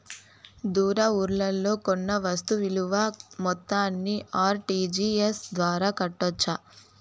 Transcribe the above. దూర ఊర్లలో కొన్న వస్తు విలువ మొత్తాన్ని ఆర్.టి.జి.ఎస్ ద్వారా కట్టొచ్చా?